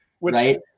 right